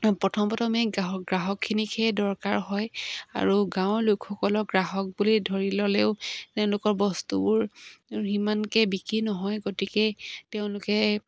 প্ৰথম প্ৰথমে গ্ৰাহক গ্ৰাহকখিনিক সেই দৰকাৰ হয় আৰু গাঁৱৰ লোকসকলক গ্ৰাহক বুলি ধৰি ল'লেও তেওঁলোকৰ বস্তুবোৰ সিমানকে বিক্ৰী নহয় গতিকে তেওঁলোকে